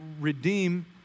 redeem